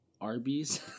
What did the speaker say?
arby's